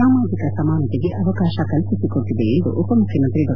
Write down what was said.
ಸಾಮಾಜಿಕ ಸಮಾನತೆಗೆ ಅವಕಾಶ ಕಲ್ಪಿಸಿಕೊಟ್ಟಿದೆ ಎಂದು ಉಪಮುಖ್ಯಮಂತ್ರಿ ಡಾ